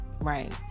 Right